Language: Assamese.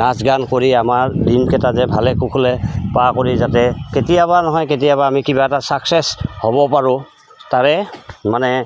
নাচ গান কৰি আমাৰ দিনকেইটা যে ভালে কুশলে পাৰ কৰি যাতে কেতিয়াবা নহয় কেতিয়াবা আমি কিবা এটা চাকসেছ হ'ব পাৰোঁ তাৰে মানে